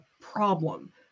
problem